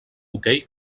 hoquei